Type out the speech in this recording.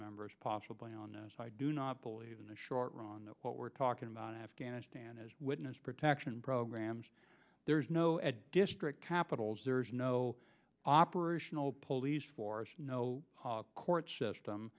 members possibly on this i do not believe in the short run what we're talking about afghanistan as witness protection programs there is no district capitals there is no operational police force no court system